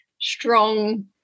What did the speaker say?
strong